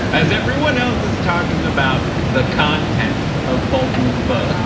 as everyone else is talking about the content of bolton's but